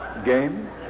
game